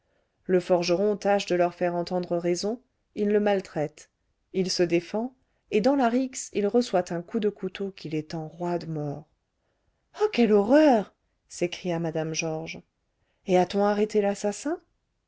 le forgeron tâche de leur faire entendre raison ils le maltraitent il se défend et dans la rixe il reçoit un coup de couteau qui l'étend roide mort ah quelle horreur s'écria mme georges et a-t-on arrêté l'assassin